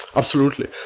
absolutely.